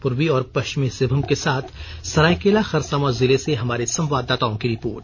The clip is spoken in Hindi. पूर्वी और पश्चिमी सिंहभूम के साथ सरायकेला खरसावां जिले से हमारे संवाददाताओं की रिपोर्ट